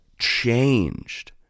changed